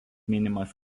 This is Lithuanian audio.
minimas